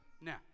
now